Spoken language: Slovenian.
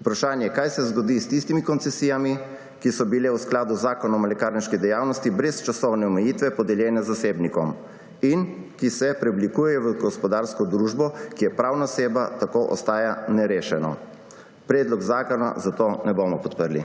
Vprašanje, kaj se zgodi s tistimi koncesijami, ki so bile v skladu z Zakonom o lekarniški dejavnosti brez časovne omejitve podeljene zasebnikom in ki se preoblikujejo v gospodarsko družbo, ki je pravna oseba, tako ostaja nerešeno. Predloga zakona zato ne bomo podprli.